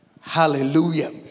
Hallelujah